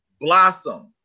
Blossom